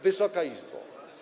Wysoka Izbo!